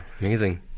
Amazing